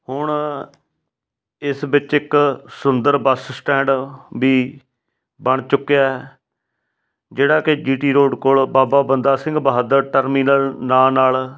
ਹੁਣ ਇਸ ਵਿੱਚ ਇੱਕ ਸੁੰਦਰ ਬਸ ਸਟੈਂਡ ਵੀ ਬਣ ਚੁੱਕਿਆ ਜਿਹੜਾ ਕਿ ਜੀ ਟੀ ਰੋਡ ਕੋਲ ਬਾਬਾ ਬੰਦਾ ਸਿੰਘ ਬਹਾਦਰ ਟਰਮੀਨਲ ਨਾਂ ਨਾਲ